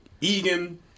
Egan